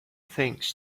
things